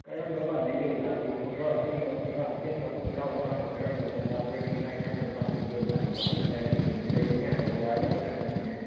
ꯀꯔꯝꯕ ꯄꯥꯝꯕꯤꯒꯦ ꯑꯣꯖꯥꯕꯨ ꯈꯣꯡꯉ꯭ꯔꯥꯎ ꯑꯁꯦꯡꯕ ꯈꯣꯡꯉ꯭ꯔꯥꯎ ꯑꯇꯦꯟꯕ ꯈꯣꯡꯉ꯭ꯔꯥꯎ ꯑꯁꯥꯡꯕ ꯀꯔꯝꯕ ꯃꯣꯖꯥꯐꯨꯔꯤꯠ ꯃꯅꯥꯏ ꯀꯔꯝꯕ ꯄꯥꯝꯕꯤꯒꯦ ꯑꯣꯖꯥꯒꯤꯕꯣ ꯑꯃ ꯍꯦꯛꯇ ꯍꯥꯏꯕꯤꯌꯨꯅꯦ ꯂꯩꯔꯤꯕ ꯃꯌꯥꯝꯁꯦ ꯑꯣꯖꯥꯍꯣꯏꯒꯤ ꯉꯥꯛꯇꯅꯤꯅꯦ